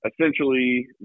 essentially